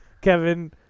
Kevin